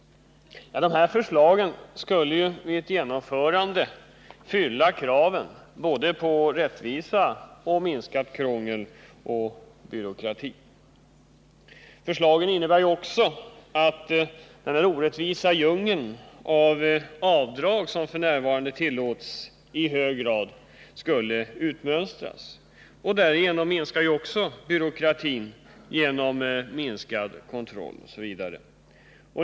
De förslagen skulle vid ett genomförande fylla kraven på både rättvisa och minskning av krångel och byråkrati. Förslagen innebär också att den orättvisa djungel av avdrag som f. n. tillåts skulle utmönstras i hög grad. Därigenom minskar också byråkratin genom minskad kontroll osv.